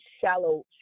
shallow